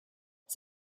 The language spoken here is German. das